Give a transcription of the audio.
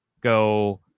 Go